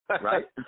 right